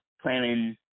planning